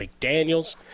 McDaniels